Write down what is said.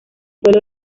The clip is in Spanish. pueblo